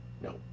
No